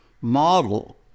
model